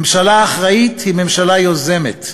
ממשלה אחראית היא ממשלה יוזמת.